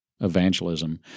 evangelism